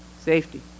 Safety